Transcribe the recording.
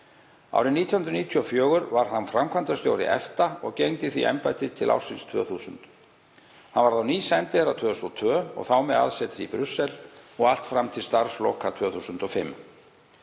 Árið 1994 varð hann framkvæmdastjóri EFTA og gegndi því embætti til ársins 2000. Hann varð á ný sendiherra 2002 og þá með aðsetri í Brussel, allt fram til starfsloka 2005.